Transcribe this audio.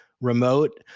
remote